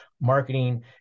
marketing